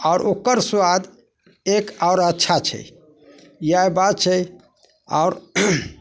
आओर ओकर स्वाद एक आओर अच्छा छै इएह बात छै आओर